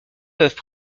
peuvent